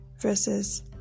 verses